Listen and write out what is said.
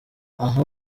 aha